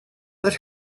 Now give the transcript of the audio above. but